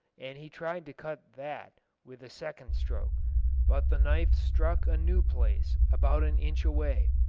and he tried to cut that with a second stroke but the knife struck a new place about an inch away,